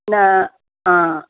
ना हा